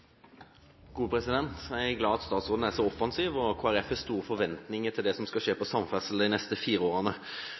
glad for at statsråden er så offensiv, og Kristelig Folkeparti har store forventinger til det som skal skje på samferdselssiden de neste fire årene.